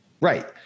Right